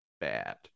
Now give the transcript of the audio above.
bad